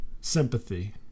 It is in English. sympathy